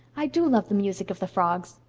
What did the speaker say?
i do love the music of the frogs.